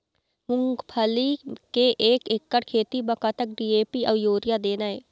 मूंगफली के एक एकड़ खेती म कतक डी.ए.पी अउ यूरिया देना ये?